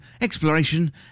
exploration